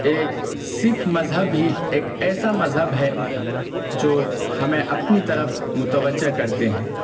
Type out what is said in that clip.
ایک سکھ مذہب ہی ایک ایسا مذہب ہے جو ہمیں اپنی طرف متوجہ کرتے ہیں